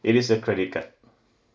it is a credit card